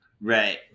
right